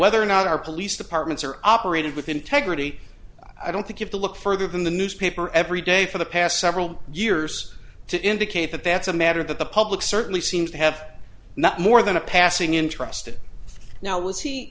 whether or not our police departments are operated with integrity i don't think if to look further than the newspaper every day for the past several years to indicate that that's a matter that the public certainly seems to have not more than a passing interest it now w